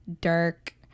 dark